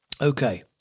Okay